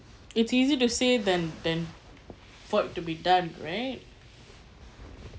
it's easy to said then then for it to be done right